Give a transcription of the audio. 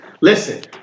Listen